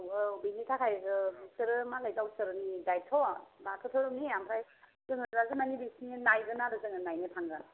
औ औ बिनि थाखाय बिसोरो मालाय गावसोरनि दायथ' बाथौ धोरोमनि आमफ्राय जोङो बिदिनो नायनो थांगोन आरो जोङो नायनो थांगोन